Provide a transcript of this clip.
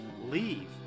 leave